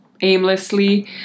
aimlessly